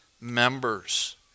members